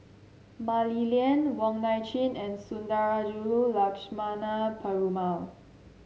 Mah Li Lian Wong Nai Chin and Sundarajulu Lakshmana Perumal